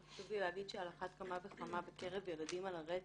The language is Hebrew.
וחשוב לי להגיד שעל אחת כמה וכמה בקרב ילדים על הרצף,